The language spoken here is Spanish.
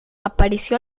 apareció